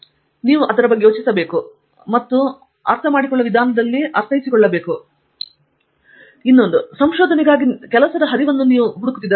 ಆದ್ದರಿಂದ ನೀವು ಅದರ ಬಗ್ಗೆ ಯೋಚಿಸಬೇಕು ಮತ್ತು ಅದನ್ನು ಅರ್ಥಮಾಡಿಕೊಳ್ಳುವ ವಿಧಾನದಲ್ಲಿ ಅರ್ಥೈಸಿಕೊಳ್ಳಬೇಕು ಮತ್ತು ನಂತರ ನೀವು ಸರಿಯಾದ ರೀತಿಯಲ್ಲಿ ಭಾವಿಸುವ ವಿಧಾನವನ್ನು ಬಳಸಿಕೊಳ್ಳಬಹುದು